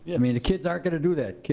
i mean the kids aren't gonna do that.